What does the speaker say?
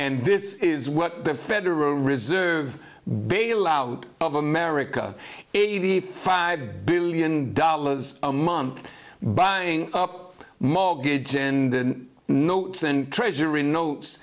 and this is what the federal reserve bailout of america if the five billion dollars a month buying up mortgage in the notes and treasury notes